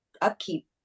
upkeep